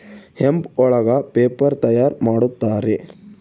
hemp ಒಳಗ paper ತಯಾರ್ ಮಾಡುತ್ತಾರೆ